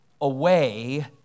away